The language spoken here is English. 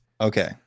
Okay